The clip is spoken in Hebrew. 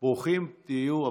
ברוכים תהיו.